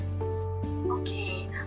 Okay